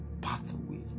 pathway